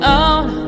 out